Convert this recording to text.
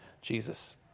Jesus